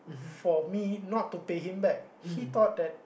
for me not to pay him back he thought that